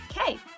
Okay